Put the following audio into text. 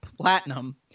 Platinum